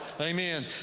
Amen